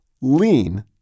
LEAN